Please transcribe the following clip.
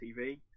tv